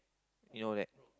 you know that